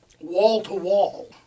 wall-to-wall